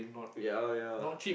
ya ya